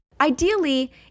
Ideally